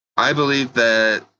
i believe that